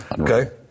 Okay